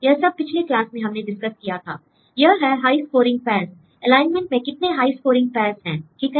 यह सब पिछले क्लास में हमने डिस्कस किया था l यह है हाई स्कोरिंग पैर्स् एलाइनमेंट में कितने हाई स्कोरिंग पैर्स् हैं ठीक है